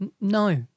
No